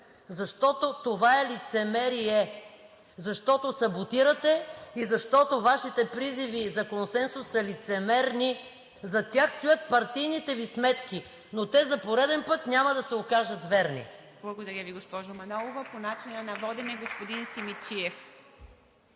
Защото това е лицемерие, защото саботирате и защото Вашите призиви за консенсус са лицемерни – зад тях стоят партийните Ви сметки, но те за пореден път няма да се окажат верни! ПРЕДСЕДАТЕЛ ИВА МИТЕВА: Благодаря Ви, госпожо Манолова. По начина на водене – господин Симидчиев.